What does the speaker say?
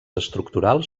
estructurals